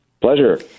Pleasure